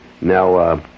Now